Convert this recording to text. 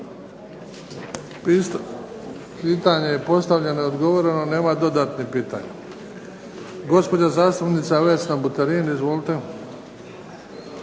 Pitanje je postavljeno i odgovoreno, nema dodatnih pitanja. Gospođa zastupnica Vesna Buterin. Izvolite.